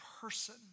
person